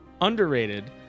Underrated